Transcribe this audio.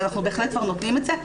א בל אנחנו בה חלט כבר נותנים את זה,